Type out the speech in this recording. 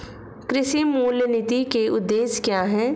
कृषि मूल्य नीति के उद्देश्य क्या है?